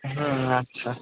হুম আচ্ছা